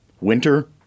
Winter